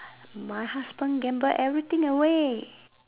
my husband gamble everything away